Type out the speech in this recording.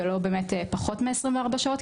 ולא פחות מ-24 שעות,